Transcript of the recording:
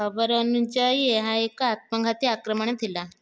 ଖବର ଅନୁଯାୟୀ ଏହା ଏକ ଆତ୍ମଘାତୀ ଆକ୍ରମଣ ଥିଲା